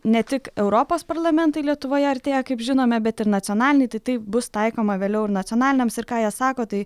ne tik europos parlamentai lietuvoje artėja kaip žinome bet ir nacionaliniai tai tai bus taikoma vėliau ir nacionaliniams ir ką jie sako tai